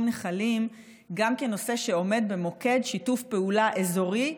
נחלים גם כנושא שעומד במוקד שיתוף פעולה אזורי,